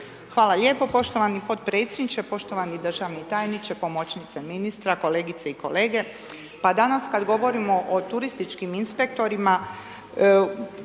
Hvala lijepo poštovani potpredsjedniče, poštovani državni tajniče, pomoćnice ministra, kolegice i kolege.